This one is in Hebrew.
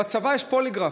בצבא יש פוליגרף.